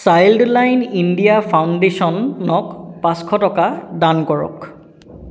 Childline India ফাউণ্ডেশ্যনক পাঁচশ টকা দান কৰক